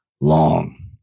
long